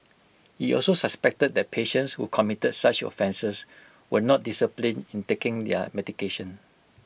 he also suspected that patients who committed such offences were not disciplined in taking their medication